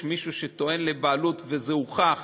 יש מישהו שטוען לבעלות, והוכח